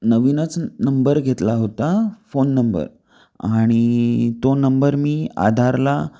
नवीनच नंबर घेतला होता फोन नंबर आणि तो नंबर मी आधारला